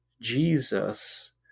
Jesus